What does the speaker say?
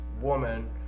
woman